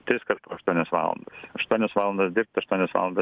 triskart po aštuonios valandos aštuonias valandas dirbt aštuonias valandas